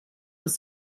was